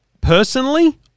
personally